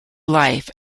life